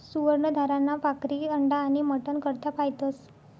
सुवर्ण धाराना पाखरे अंडा आनी मटन करता पायतस